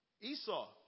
Esau